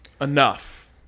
enough